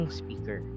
speaker